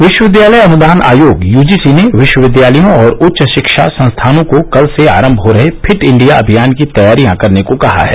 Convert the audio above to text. विश्वविद्यालय अनुदान आयोग यूजीसी ने विश्वविद्यालयों और उच्च शिक्षा संस्थानों को कल से आरंभ हो रहे फिट इंडिया अभियान की तैयारियां करने को कहा है